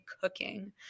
cooking